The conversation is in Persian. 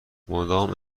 مدام